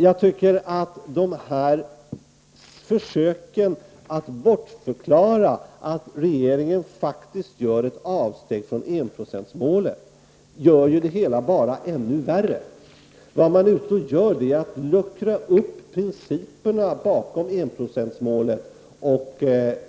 Jag tycker att försöken att bortförklara att regeringen faktiskt gör ett avsteg från enprocentsmålet bara gör det hela ännu värre. Man luckrar nu upp principerna bakom enprocentsmålet och